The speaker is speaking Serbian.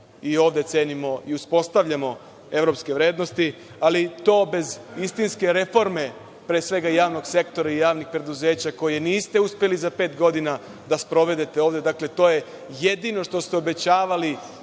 da ovde cenimo i uspostavljamo evropske vrednosti, ali to bez istinske reforme javnog sektora i javnih preduzeća, koje niste uspeli za pet godina da sprovedete ovde… Dakle, to je jedino što ste obećavali